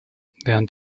während